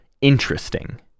interesting